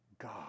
God